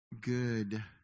good